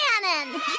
cannon